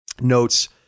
notes